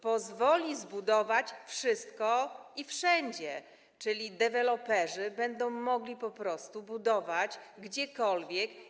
Pozwoli to zbudować wszystko i wszędzie, czyli deweloperzy będą mogli po prostu budować gdziekolwiek.